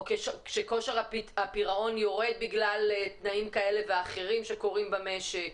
או כשהוא יורד בגלל תנאים כאלה ואחרים שקורים במשק.